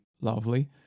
lovely